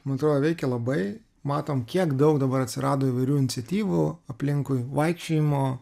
man atrodo veikia labai matom kiek daug dabar atsirado įvairių iniciatyvų aplinkui vaikščiojimo